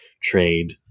trade